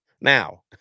Now